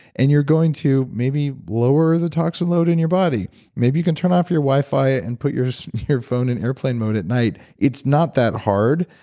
and you're going to maybe lower the toxin load in your body maybe you can turn off your wifi and put your so your phone in airplane mode at night it's not that hard.